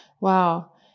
Wow